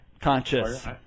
conscious